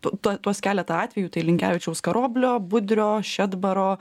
tu tuo tuos keletą atvejų tai linkevičiaus karoblio budrio šedbaro